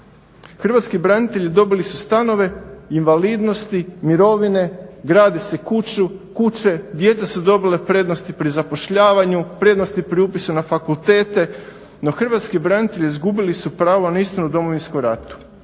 Hrvatski branitelji dobili su stanove, invalidnosti, mirovine, grade si kuće, djeca su dobila prednosti pri zapošljavanju, prednosti pri upisu na fakultete, no hrvatski branitelji izgubili su na istinu o Domovinskom ratu,